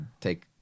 take